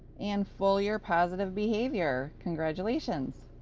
and full year positive behavior. congratulations.